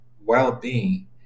well-being